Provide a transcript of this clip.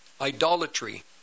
idolatry